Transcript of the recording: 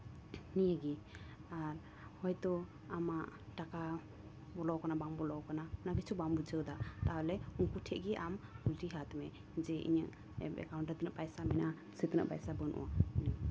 ᱱᱤᱭᱟᱹ ᱜᱮ ᱟᱨ ᱦᱳᱭ ᱛᱚ ᱟᱢᱟᱜ ᱴᱟᱠᱟ ᱵᱚᱞᱚ ᱠᱟᱱᱟ ᱵᱟᱝ ᱵᱚᱞᱚ ᱠᱟᱱᱟ ᱚᱱᱟ ᱜᱮᱪᱚ ᱵᱟᱢ ᱵᱩᱡᱷᱟᱹᱣᱫᱟ ᱛᱟᱦᱚᱞᱮ ᱩᱱᱠᱩ ᱴᱷᱮᱡ ᱜᱮ ᱟᱢ ᱠᱩᱞᱤ ᱦᱟᱛ ᱢᱮ ᱡᱮ ᱤᱧᱟᱹᱜ ᱮᱠᱟᱣᱩᱱᱴ ᱨᱮ ᱛᱤᱱᱟᱹᱜ ᱯᱚᱭᱥᱟ ᱢᱮᱱᱟᱜᱼᱟ ᱥᱮ ᱛᱤᱱᱟᱹᱜ ᱯᱚᱭᱥᱟ ᱵᱟᱹᱱᱩᱜᱼᱟ